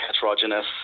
heterogeneous